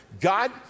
God